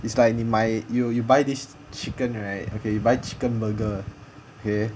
it's like 你买 you you buy this chicken right okay buy chicken burger okay